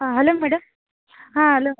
ಹಾಂ hello madam ಹಾಂ hello